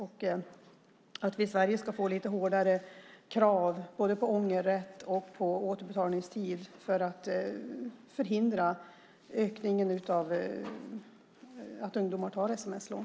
Det handlar också om att vi i Sverige ska få lite hårdare krav på ångerrätt och återbetalningstid för att förhindra ökningen av ungdomar som tar sms-lån.